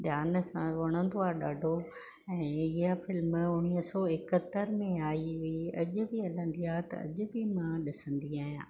धियानु सां वणंदो आहे ॾाढो ऐं हीअ फिल्म उणिवीह सौ एकहतरि में आई हुइ अॼु बि अॼु बि हलंदी आहे त अॼु बि मां ॾिसंदी आहियां